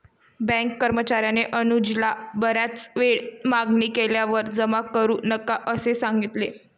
bank कर्मचार्याने अनुजला बराच वेळ मागणी केल्यावर जमा करू नका असे सांगितले